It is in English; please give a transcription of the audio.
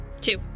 two